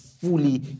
fully